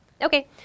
Okay